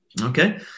okay